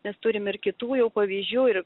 mes turim ir kitų jau pavyzdžių ir